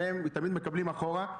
הרי הם תמיד מקבלים אחורה,